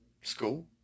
School